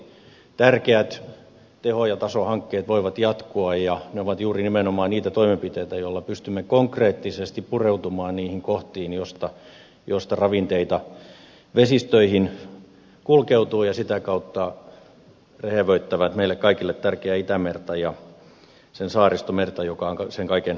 tärkeät teho ja tasohankkeet voivat jatkua ja ne ovat nimenomaan juuri niitä toimenpiteitä joilla pystymme konkreettisesti pureutumaan niihin kohtiin joista ravinteita vesistöihin kulkeutuu ja sitä kautta rehevöittää meille kaikille tärkeää itämerta ja sen saaristomerta joka on sen kaikkein herkin osa